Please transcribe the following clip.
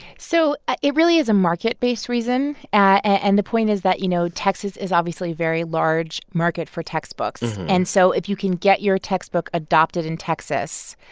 so ah it really is a market-based reason. and the point is that, you know, texas is obviously a very large market for textbooks. and so if you can get your textbook adopted in texas,